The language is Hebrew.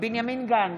בנימין גנץ,